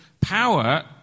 power